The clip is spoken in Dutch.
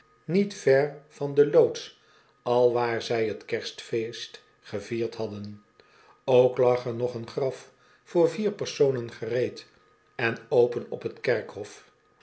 niet ver van de loods alwaar zij t kerstfeest gevierd hadden ook lag er nog een graf voor vier personen gereed en open op t kerkhof